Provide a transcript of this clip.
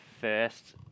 first